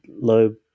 low